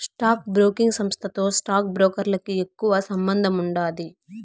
stock broking సంస్థతో stock బ్రోకర్లకి ఎక్కువ సంబందముండాది